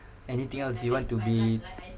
anything else you want to be